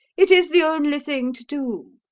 it is the only thing to do.